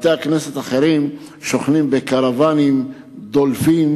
בתי-כנסת אחרים שוכנים בקרוונים דולפים,